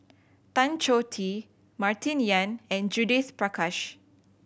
Tan Choh Tee Martin Yan and Judith Prakash